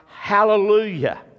Hallelujah